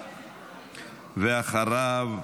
ואחריו,